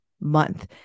Month